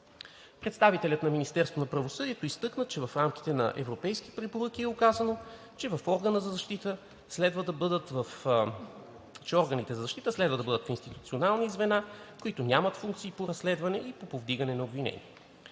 Представителят на Министерството на правосъдието изтъкна, че в рамките на европейски препоръки е указано, че органите за защита следва да бъдат в институционални звена, които нямат функции по разследване и повдигане на обвинение.